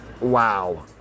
Wow